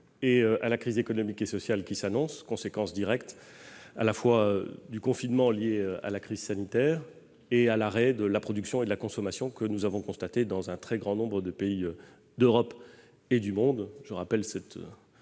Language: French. et à la crise économique et sociale qui s'annonce, conséquence directe à la fois du confinement lié à la crise sanitaire et à l'arrêt de la production et de la consommation que nous avons constaté dans un très grand nombre de pays d'Europe et du monde. Je vous rappelle ce